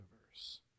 universe